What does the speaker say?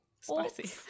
spicy